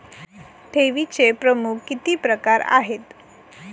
ठेवीचे प्रमुख किती प्रकार आहेत?